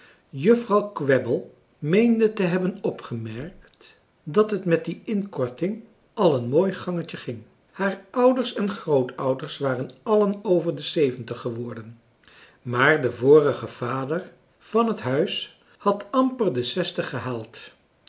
juffrouw kwebbel meende te hebben opgemerkt dat het met die inkorting al een mooi gangetje ging haar ouders en grootouders waren allen over de zeventig geworden maar de vorige vader van het huis had amper de zestig gehaald